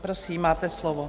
Prosím, máte slovo.